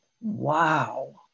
Wow